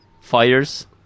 Fires